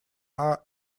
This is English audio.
are